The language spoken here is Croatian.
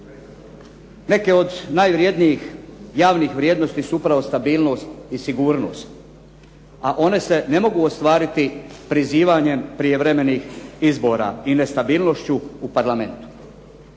Neke od najvredniji javnih vrijednosti su upravo stabilnost i sigurnost, a one se ne mogu ostvariti prizivanjem prijevremenih izbora i nestabilnošću u Parlamentu.